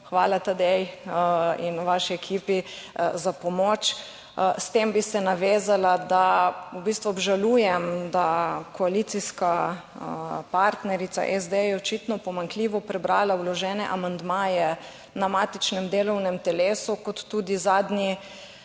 Hvala, Tadej, in vaši ekipi za pomoč. S tem bi se navezala, da v bistvu obžalujem, da koalicijska partnerica SD je očitno pomanjkljivo prebrala vložene amandmaje na matičnem delovnem telesu kot tudi zadnji